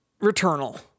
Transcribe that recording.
Returnal